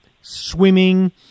swimming